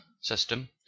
system